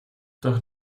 doch